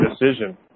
decision